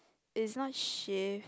is not shift